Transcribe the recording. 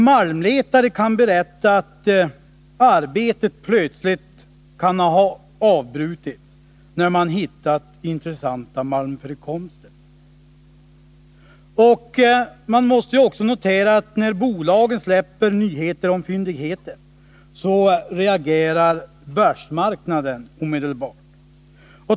Malmletare kan berätta om arbete som plötsligt avbrutits när man hittat intressanta malmförekomster. Man skall också notera att när bolagen släpper ut nyheter om fyndigheter så reagerar börsmarknaden omedelbart.